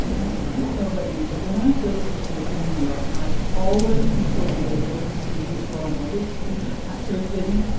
and i don't know about you, but when i go to the theatre in new york, i always consult playbill to see which law and orders each actor has been in.